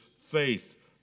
faith